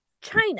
China